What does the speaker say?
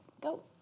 Go